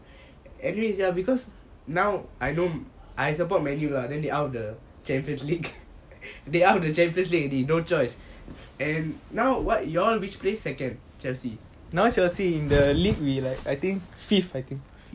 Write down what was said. anyway ya because now I know I support man U lah then they out of the champions league they out of the champions league already no choice and now what you all which place second